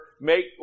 make